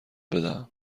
بدهم